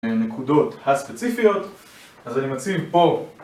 נקודות הסקציפיות, אז אני מציב פה